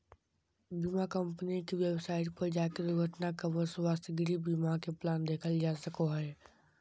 बीमा कम्पनी के वेबसाइट पर जाके दुर्घटना कवर, स्वास्थ्य, गृह बीमा के प्लान देखल जा सको हय